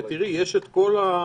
תראי, יש את כל החומרים,